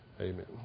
amen